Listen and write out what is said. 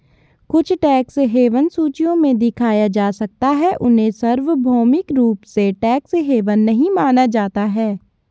कुछ tax haven सूचियों में दिखाया जा सकता है, उन्हें सार्वभौमिक रूप से टैक्स हेवन नहीं माना जाता है